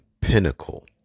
pinnacle